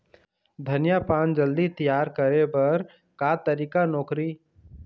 धनिया पान जल्दी तियार करे बर का तरीका नोकरी?